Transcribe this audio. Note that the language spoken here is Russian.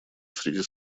среди